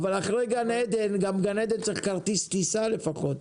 אבל אחרי גן עדן, גן עדן צריך כרטיס טיסה לפחות,